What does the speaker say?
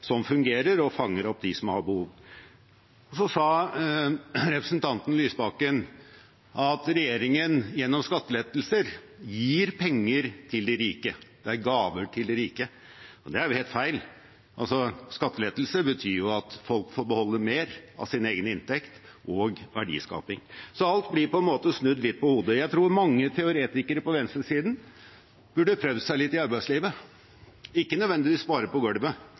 som fungerer og fanger opp dem som har behov. Representanten Lysbakken sa at regjeringen gjennom skattelettelser gir penger til de rike, at det er gaver til de rike. Det er helt feil. Skattelettelser betyr at folk får beholde mer av sin egen inntekt og verdiskaping. Så alt blir på en måte snudd litt på hodet. Jeg tror mange teoretikere på venstresiden burde prøvd seg litt i arbeidslivet, ikke nødvendigvis bare på gulvet